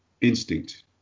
instinct